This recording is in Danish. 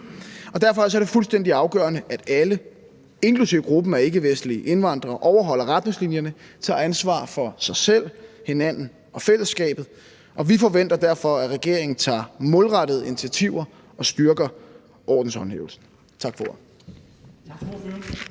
Derfor er det fuldstændig afgørende, at alle, inklusive gruppen af ikkevestlige indvandrere, overholder retningslinjerne, tager ansvar for sig selv, hinanden og fællesskabet, og vi forventer derfor, at regeringen tager målrettede initiativer og styrker ordenshåndhævelsen. Tak for